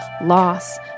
loss